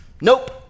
Nope